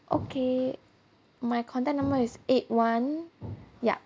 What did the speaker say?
okay my contact number is eight one ya